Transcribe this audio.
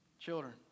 children